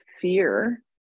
fear